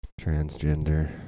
transgender